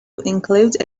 include